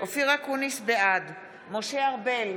בעד משה ארבל,